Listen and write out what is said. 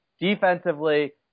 Defensively